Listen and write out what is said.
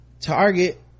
Target